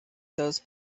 those